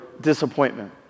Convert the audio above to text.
disappointment